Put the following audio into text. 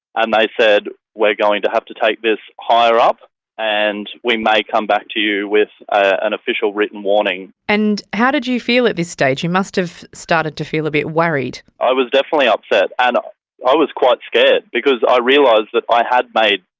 and they said we're going to have to take this higher up and we may come back to you with an official written warning. and how did you feel at this stage? you must have started to feel a bit worried. i was definitely upset and i was quite scared because i realised that i had made,